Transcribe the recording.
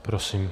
Prosím.